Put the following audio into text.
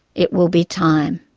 it will be time